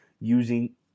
using